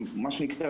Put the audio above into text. מה שנקרא,